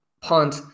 punt